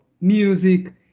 music